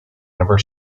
never